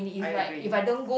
I agree